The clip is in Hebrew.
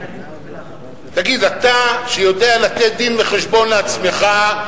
תגיד, אתה, שיודע לתת דין-וחשבון לעצמך,